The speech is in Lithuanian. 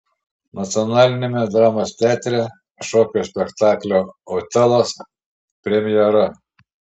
nacionaliniame dramos teatre šokio spektaklio otelas premjera